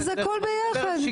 אז הכל ביחד.